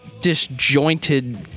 disjointed